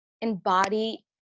embody